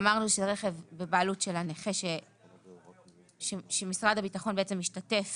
אמרנו שרכב בבעלות של הנכה שמשרד הביטחון בעצם משתתף